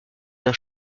d’un